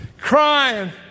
crying